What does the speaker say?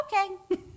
okay